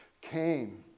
came